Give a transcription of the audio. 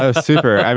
ah super. i